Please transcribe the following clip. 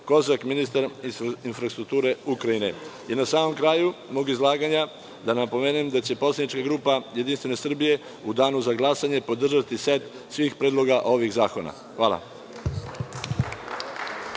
Kozak, ministar infrastrukture Ukrajine. Na samom kraju mog izlaganja da napomenem da će poslanička grupa JS u danu za glasanje podržati set svih predloga ovih zakona. Hvala.